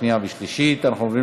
בעד,